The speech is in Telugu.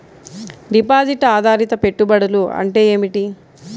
డిపాజిట్ ఆధారిత పెట్టుబడులు అంటే ఏమిటి?